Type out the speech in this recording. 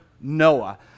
noah